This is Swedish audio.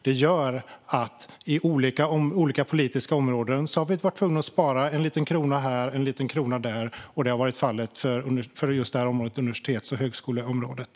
Det gör att vi på olika politiska områden har varit tvungna att spara en liten krona här och en liten krona där. Det har varit fallet även för universitets och högskoleområdet.